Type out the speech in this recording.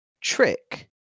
Trick